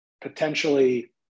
potentially